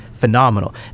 Phenomenal